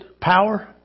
power